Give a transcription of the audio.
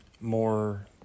more